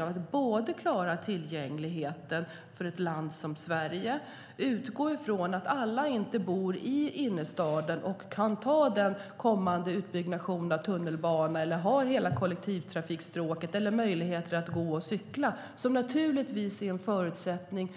Det handlar om att klara tillgängligheten i ett land som Sverige, att utgå från att alla inte bor i innerstaden och kan ta del av den kommande utbyggnaden av tunnelbanan eller har hela kollektivtrafikstråket eller möjligheter att gå och cykla. Det är naturligtvis en förutsättning